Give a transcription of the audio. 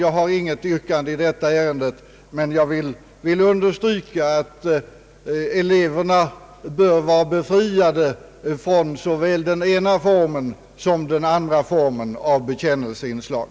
Jag har inget yrkande i detta ärende, men jag vill understryka att eleverna bör vara befriade från såväl den ena som den andra formen av bekännelseinslag.